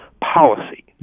policy